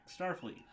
Starfleet